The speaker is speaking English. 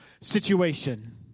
situation